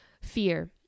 fear